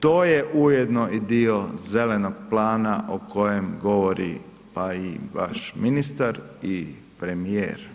To je ujedno i dio Zelenog plana o kojem govori pa i vaš ministar i premijer.